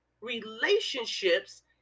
relationships